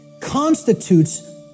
constitutes